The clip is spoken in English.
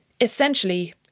Essentially